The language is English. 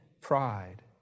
pride